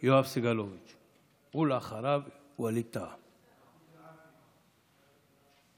שהיא תוצאה של